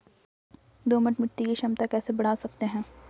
दोमट मिट्टी की क्षमता कैसे बड़ा सकते हैं?